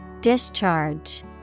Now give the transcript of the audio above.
Discharge